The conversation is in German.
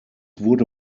wurde